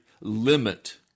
limit